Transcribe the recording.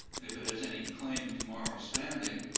if it has any claim to moral standing,